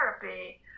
therapy